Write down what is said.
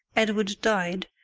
edward died,